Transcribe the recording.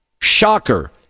Shocker